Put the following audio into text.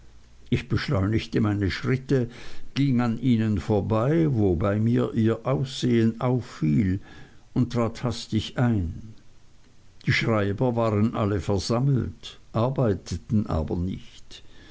ich beschleunigte meine schritte ging an ihnen vorbei wobei mir ihr aussehen auffiel und trat hastig ein die schreiber waren alle versammelt arbeiteten aber nicht